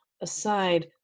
aside